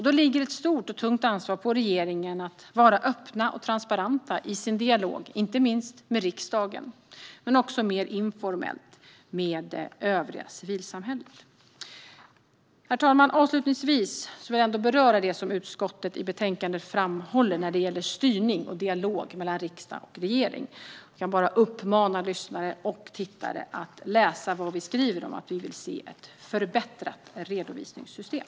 Då ligger det ett stort och tungt ansvar på regeringen att vara öppen och transparent i sin dialog, inte minst med riksdagen men också mer informellt med övriga civilsamhället. Herr talman! Avslutningsvis vill jag beröra det som utskottet i betänkandet framhåller när det gäller styrning och dialog mellan riksdag och regering. Jag kan bara uppmana lyssnare och tittare att läsa vad vi skriver om att vi vill se ett förbättrat redovisningssystem.